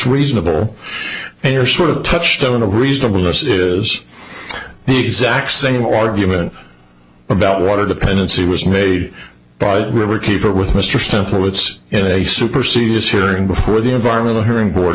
reasonable and you're sort of touched on a reasonable this is the exact single argument about water dependency was made by river keeper with mr simple it's in a supersedeas hearing before the environmental hearing board